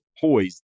poised